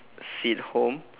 sit home